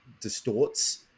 distorts